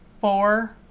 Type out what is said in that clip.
four